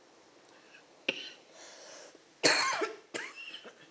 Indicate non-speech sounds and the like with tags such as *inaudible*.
*coughs*